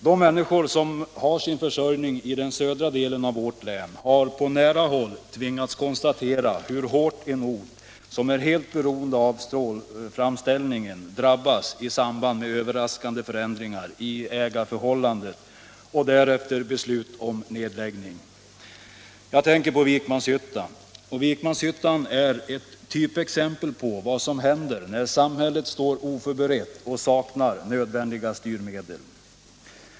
De människor som har sin försörjning i den södra delen av vårt län har på nära håll tvingats konstatera hur hårt en ort, som är helt beroende av stålframställning, drabbas i samband med överraskande förändringar i ägarförhållandet och därefter beslut om nedläggning. Jag tänker på Vikmanshyttan. Vikmanshyttan är ett typexempel på vad som händer när samhället står oförberett och saknar nödvändiga styrmedel.